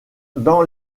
dans